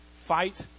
fight